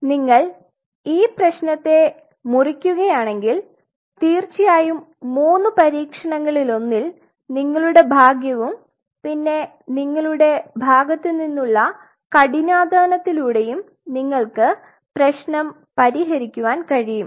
നിങ്ങൾ ഈ പ്രേശ്നത്തെ മുറിക്കുകയാണെങ്കിൽ തീർച്ചയായും മൂന്ന് പരീക്ഷണങ്ങളിലൊന്നിൽ നിങ്ങളുടെ ഭാഗ്യവും പിന്നെ നിങ്ങളുടെ ഭാഗത്തുനിന്നുള്ള കഠിനാധ്വാനത്തിലൂടെയും നിങ്ങൾക്ക് പ്രശ്നം പരിഹരിക്കുവാൻ കഴിയും